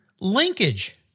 Linkage